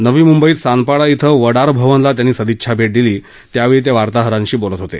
नवी मुंबईतील सानपाडा क्रि वडार भवनला त्यांनी सदिच्छा भेट दिली त्यावेळी ते वार्ताहरांशी बोलत होते